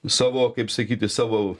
savo kaip sakyti savo